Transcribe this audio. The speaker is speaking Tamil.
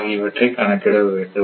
ஆகியவற்றைக் கணக்கிடவேண்டும்